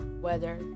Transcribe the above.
weather